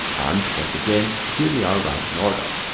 and. once again, here they are ranked in order.